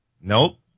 nope